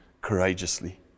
courageously